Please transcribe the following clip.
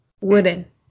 wooden